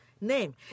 name